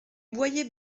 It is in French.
boyer